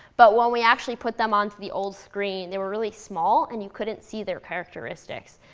but when we actually put them onto the old screen, they were really small and you couldn't see their characteristics.